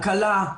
הקלה,